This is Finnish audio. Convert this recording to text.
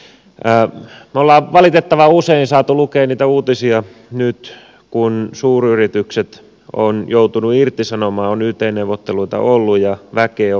me olemme valitettavan usein saaneet lukea nyt niitä uutisia että suuryritykset ovat joutuneet irtisanomaan on yt neuvotteluita ollut ja väkeä on vähennetty